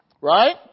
Right